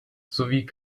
sowie